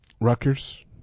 Rutgers